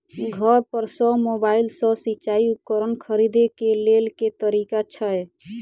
घर पर सऽ मोबाइल सऽ सिचाई उपकरण खरीदे केँ लेल केँ तरीका छैय?